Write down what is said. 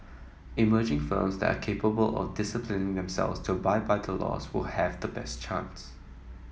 emerging firms that are capable of disciplining themselves to abide by the laws will have the best chance